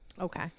okay